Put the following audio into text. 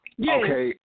Okay